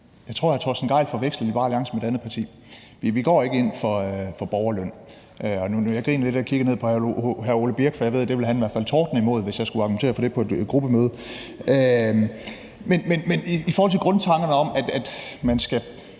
jeg tror, hr. Torsten Gejl forveksler Liberal Alliance med et andet parti. For vi går ikke ind for borgerløn – og jeg griner lidt og kigger ned på hr. Ole Birk Olesen, for jeg ved, at han i hvert fald ville tordne imod det, hvis jeg argumenterede for det på et gruppemøde. Men i forhold til grundtankerne om, at man skal